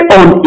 on